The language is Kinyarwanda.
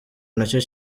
nacyo